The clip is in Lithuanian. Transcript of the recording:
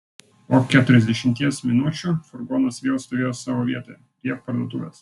po keturiasdešimties minučių furgonas vėl stovėjo savo vietoje prie parduotuvės